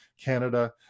Canada